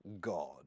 God